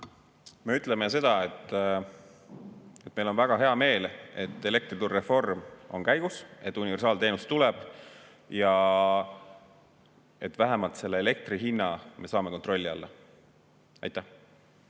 Me ütleme seda, et meil on väga hea meel, et elektrituru reform on käigus, et universaalteenus tuleb ja et vähemalt elektri hinna me saame kontrolli alla. Me